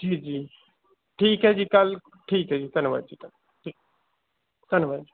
ਜੀ ਜੀ ਠੀਕ ਹੈ ਜੀ ਕੱਲ੍ਹ ਠੀਕ ਹੈ ਜੀ ਧੰਨਵਾਦ ਜੀ ਧੰਨਵਾਦ ਠੀਕ ਧੰਨਵਾਦ ਜੀ